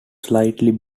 slightly